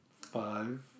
Five